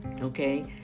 Okay